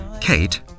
Kate